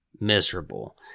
miserable